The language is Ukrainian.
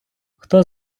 хто